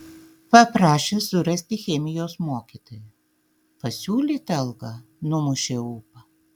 paprašė surasti chemijos mokytoją pasiūlyta alga numušė ūpą